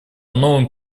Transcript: новым